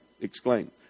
exclaimed